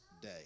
day